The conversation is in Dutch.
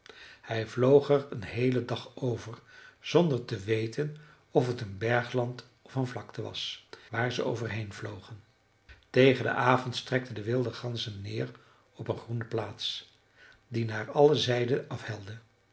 hij vloog er een heelen dag over zonder te weten of t een bergland of een vlakte was waar ze over heen vlogen tegen den avond streken de wilde ganzen neer op een groene plaats die naar alle zijden afhelde